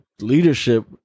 leadership